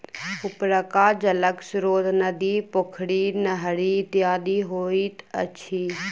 उपरका जलक स्रोत नदी, पोखरि, नहरि इत्यादि होइत अछि